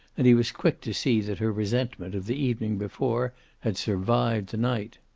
and he was quick to see that her resentment of the evening before had survived the night.